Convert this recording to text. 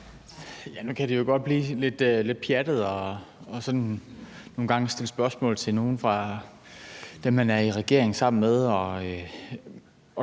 (S): Nu kan det jo godt blive lidt pjattet sådan nogle gange at stille spørgsmål til nogle fra dem, man er i regering sammen med.